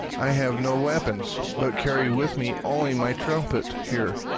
i have no weapons, but carry with me only my trumpet here.